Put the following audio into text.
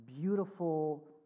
beautiful